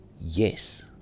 Yes